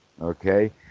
Okay